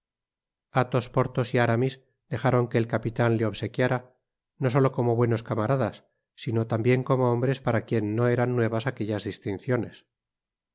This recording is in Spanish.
athos porthos y aramis dejaron que el ca pitan le obsequiara no solo como buenos camaradas sino tambieu como hombres para quienes no eran nuevas aquellas distinciones